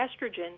estrogen